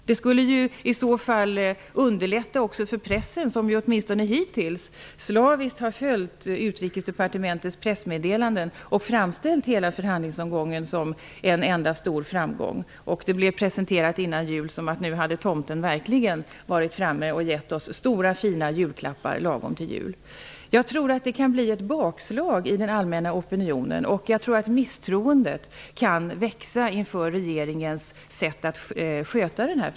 Det skulle underlätta för pressen. Åtminstone hittills har pressen slaviskt följt Utrikesdepartementets pressmeddelanden och framställt hela förhandlingsomgången som en enda stor framgång. Innan jul presenterades det hela som att tomten verkligen varit framme och gett oss stora fina julklappar lagom till jul. Jag tror att det kan bli ett bakslag i den allmänna opinionen, och jag tror att misstroendet kan växa inför regeringens sätt att sköta frågan.